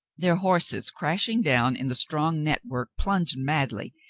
their horses, crashing down in the strong network, plunged madly,